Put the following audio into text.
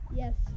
yes